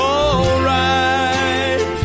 alright